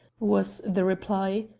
was the reply,